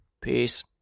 Peace